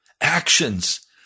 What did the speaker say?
actions